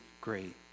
great